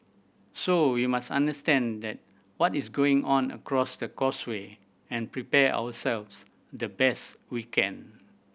so we must understand that what is going on across the causeway and prepare ourselves the best we can